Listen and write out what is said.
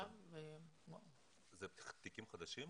אלה תיקים חדשים?